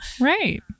Right